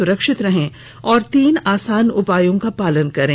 सुरक्षित रहें और तीन आसान उपायों का पालन करें